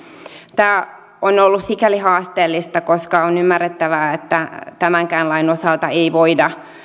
tämä on ollut sikäli haasteellista koska on ymmärrettävää että tämänkään lain osalta ei voida